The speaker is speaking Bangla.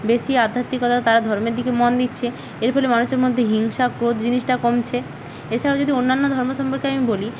বেশি আধ্যাত্মিকতা তারা ধর্মের দিকে মন দিচ্ছে এর ফলে মানুষের মধ্যে হিংসা ক্রোধ জিনিসটা কমছে এছাড়াও যদি অন্যান্য ধর্ম সম্পর্কে আমি বলি